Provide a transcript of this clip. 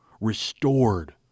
restored